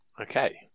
Okay